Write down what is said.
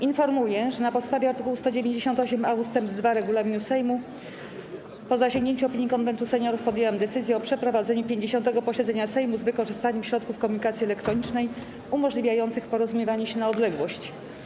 Informuję, że na podstawie art. 198a ust. 2 regulaminu Sejmu, po zasięgnięciu opinii Konwentu Seniorów, podjęłam decyzję o przeprowadzeniu 50. posiedzenia Sejmu z wykorzystaniem środków komunikacji elektronicznej umożliwiających porozumiewanie się na odległość.